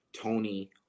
Tony